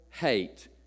hate